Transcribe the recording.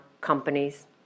companies